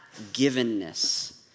givenness